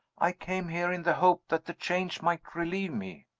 i came here in the hope that the change might relieve me.